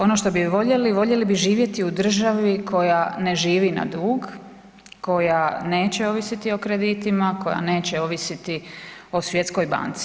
Ono šta bi voljeli voljeli bi živjeti u državi koja ne živi na dug, koja neće ovisiti o kreditima, koja neće ovisiti o Svjetskoj banci.